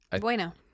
Bueno